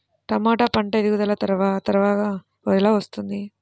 టమాట పంట ఎదుగుదల త్వరగా ఎలా వస్తుంది?